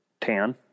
tan